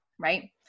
right